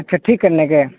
اچھا ٹھیک کرنے کے